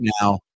now